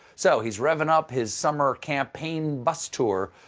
so, he's revving up his summer campaign but tour,